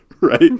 Right